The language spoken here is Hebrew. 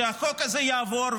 כשהחוק הזה יעבור,